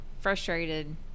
frustrated